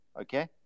Okay